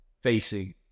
facing